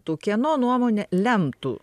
tų kieno nuomonė lemtų